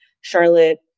Charlotte